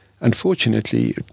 unfortunately